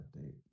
update